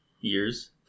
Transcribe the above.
years